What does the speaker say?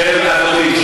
שב, אדוני.